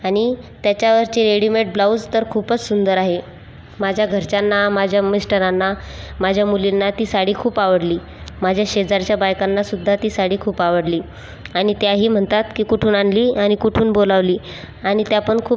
आणि त्याच्यावरचा readymade blouse तर खूपच सुंदर आहे माझ्या घरच्यांना माझ्या मिस्टरांना माझ्या मुलींना ती साडी खूप आवडली माझ्या शेजारच्या बायकांना सुद्धा ती साडी खूप आवडली आणि त्याही म्हणतात की कुठून आणली आणि कुठून बोलावली आणि त्यापण खूप